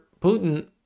Putin